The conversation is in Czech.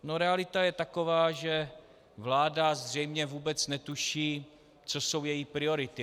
No, realita je taková, že vláda zřejmě vůbec netuší, co jsou její priority.